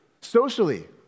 socially